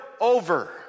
over